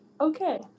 okay